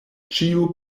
ĉiu